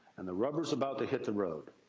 and the rubber's about to hit the road.